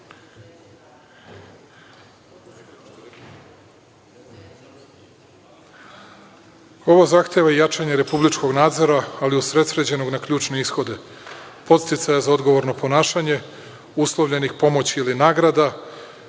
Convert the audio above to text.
zahteva i jačanje republičkog nadzora, ali usredsređenog na ključne ishode, podsticaja za odgovorno ponašanje, uslovljenih pomoći ili nagrada